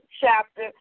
chapter